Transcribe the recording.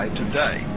today